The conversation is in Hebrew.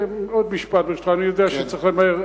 עוד משפט, ברשותך, אני יודע שצריך למהר.